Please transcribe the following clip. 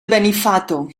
benifato